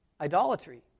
idolatry